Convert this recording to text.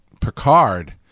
Picard